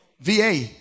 VA